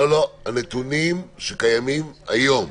הנתונים שקיימים היום,